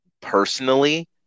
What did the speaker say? personally